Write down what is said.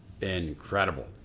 incredible